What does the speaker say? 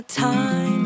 time